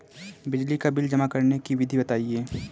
बिजली का बिल जमा करने की विधि बताइए?